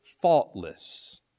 faultless